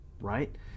right